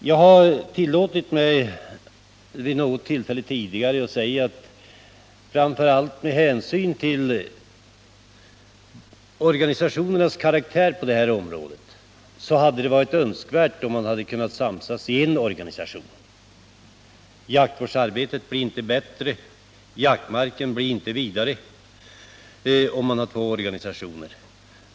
Jag har vid något tidigare tillfälle tillåtit mig säga att det, framför allt med hänsyn till organisationernas karaktär på det här området, hade varit önskvärt att man hade kunnat samsas i en organisation — jaktvårdsarbetet blir ju inte bättre och jaktmarken blir inte mer vidsträckt om man har två organisationer.